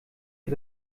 für